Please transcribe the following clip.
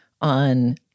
On